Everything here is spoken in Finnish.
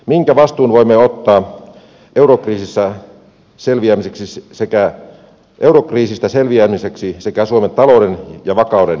minkä vastuun voimme ottaa eurokriisistä selviämiseksi sekä suomen talouden ja vakauden ylläpitämiseksi